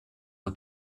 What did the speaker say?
der